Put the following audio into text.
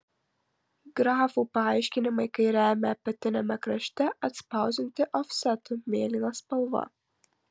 grafų paaiškinimai kairiajame apatiniame krašte atspausdinti ofsetu mėlyna spalva